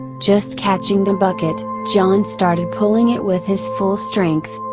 just catching the bucket john started pulling it with his full strength.